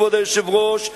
כבוד היושב-ראש,